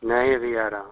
नहीं अभी आ रहा हूँ